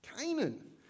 Canaan